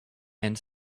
and